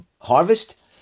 harvest